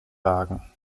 wagen